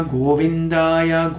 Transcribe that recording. Govindaya